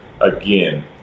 again